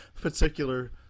particular